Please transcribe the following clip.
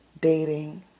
dating